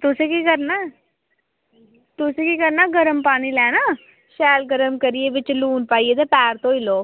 तुसें केह् करना तुसें केह् करना गर्म पानी लैना शैल गर्म करियै ते बिच लून पाइयै पैर धोई लैओ